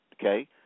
Okay